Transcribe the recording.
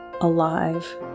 alive